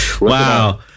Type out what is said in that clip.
Wow